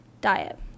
diet